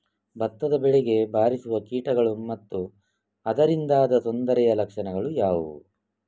ಭತ್ತದ ಬೆಳೆಗೆ ಬಾರಿಸುವ ಕೀಟಗಳು ಮತ್ತು ಅದರಿಂದಾದ ತೊಂದರೆಯ ಲಕ್ಷಣಗಳು ಯಾವುವು?